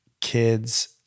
kids